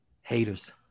haters